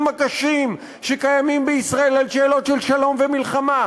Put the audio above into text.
הקשים שקיימים בישראל על שאלות של שלום ומלחמה,